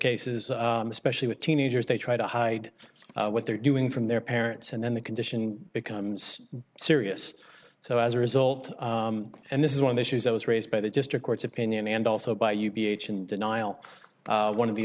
cases especially with teenagers they try to hide what they're doing from their parents and then the condition becomes serious so as a result and this is one of the issues that was raised by the district court's opinion and also by you ph in denial one of the